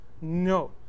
No